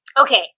Okay